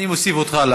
אני מוסיף אותך.